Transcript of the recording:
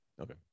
Okay